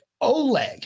OLEG